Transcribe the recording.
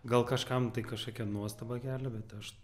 gal kažkam tai kažkokią nuostabą kelia bet aš